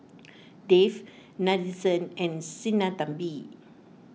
Dev Nadesan and Sinnathamby